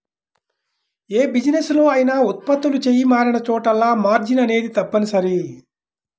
యే బిజినెస్ లో అయినా ఉత్పత్తులు చెయ్యి మారినచోటల్లా మార్జిన్ అనేది తప్పనిసరి